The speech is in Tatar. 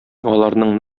аларның